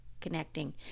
connecting